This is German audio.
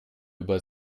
über